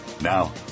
Now